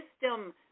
system